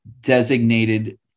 designated